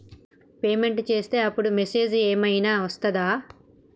Payment చేసే అప్పుడు message ఏం ఐనా వస్తదా?